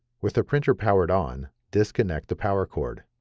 with the printer powered on, disconnect the power cord.